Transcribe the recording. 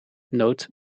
nood